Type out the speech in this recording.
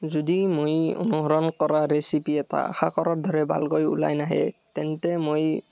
যদি মই অনুসৰণ কৰা ৰেচিপি এটা আশা কৰাৰ দৰে ভালকৈ ওলাই নাহে তেন্তে মই